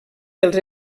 pels